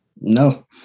No